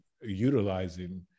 utilizing